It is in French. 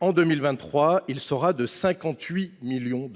en 2023, il sera de 58 millions.